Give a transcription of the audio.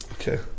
Okay